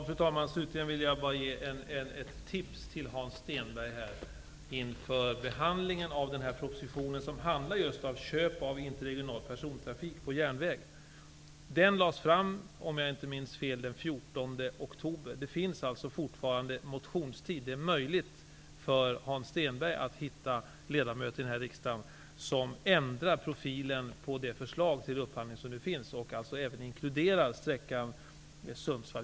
Fru talman! Slutligen vill jag inför behandlingen av den här propositionen, som just handlar om köp av interregional persontrafik på järnväg, ge Hans Stenberg ett tips. Propositionen lades fram, om jag minns rätt, den 14 oktober. Det finns motionstid kvar, och det är alltså möjligt för Hans Stenberg att finna ledamöter i denna riksdag som ändrar profilen på det upphandlingsförslag som finns, ett förslag som inkluderar sträckan Sundsvall